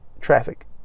traffic